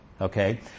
Okay